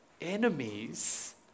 enemies